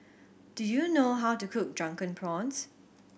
do you know how to cook Drunken Prawns